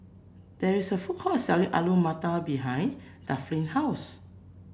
there is a food court selling Alu Matar behind Delphin's house